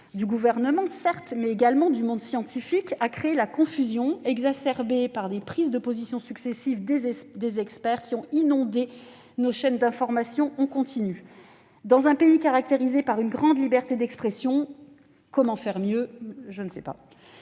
du Gouvernement et du monde scientifique ont créé de la confusion, exacerbée par les prises de position successives des experts qui ont inondé nos chaînes d'information en continu. Dans un pays caractérisé par une grande liberté d'expression, comment faire mieux ? Je l'ignore